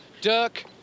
Dirk